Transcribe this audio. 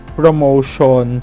promotion